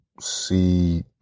see